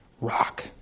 rock